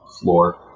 floor